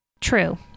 True